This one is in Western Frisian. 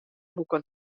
boeken